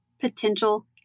potential